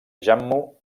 jammu